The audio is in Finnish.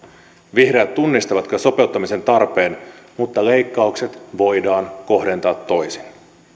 vihreät tunnistavat kyllä sopeuttamisen tarpeen mutta leikkaukset voidaan kohdentaa toisin